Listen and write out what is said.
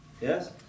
Yes